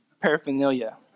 paraphernalia